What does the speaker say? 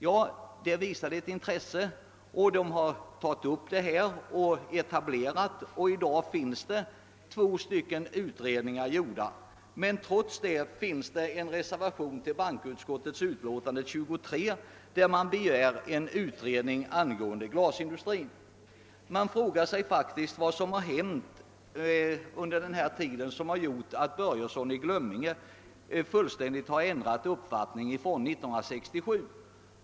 Man har sedan tagit upp saken och i dag finns två utredningar gjorda. Trots detta finns en reservation till bankoutskottets utlåtande nr 23, där man begär en utredning angående glasindustrin. Man frågar sig faktiskt vad som har hänt under denna tid som gjort att herr Börjesson i Glömminge fullständigt ändrat uppfattning från 1967.